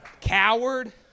Coward